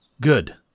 Good